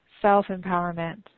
self-empowerment